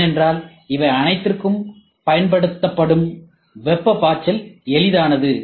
ஏனென்றால் இவை அனைத்திற்கும் பயன்படுத்தும் வெப்பப் பாய்ச்சல் எளிதானது